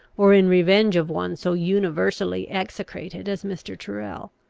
or in revenge of one so universally execrated as mr. tyrrel.